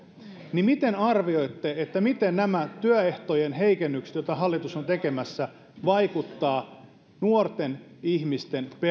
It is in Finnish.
niin miten arvioitte miten nämä työehtojen heikennykset joita hallitus on tekemässä vaikuttavat nuorten ihmisten